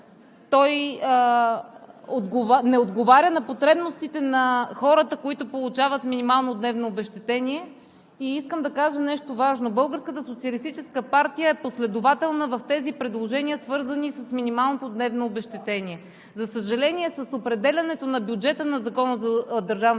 Той не отговаря на потребностите на хората, които получават минимално дневно обезщетение. И искам да кажа нещо важно – Българската социалистическа партия е последователна в тези предложения, свързани с минималното дневно обезщетение. За съжаление, с определянето на бюджета на